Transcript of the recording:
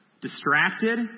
distracted